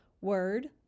Word